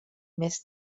més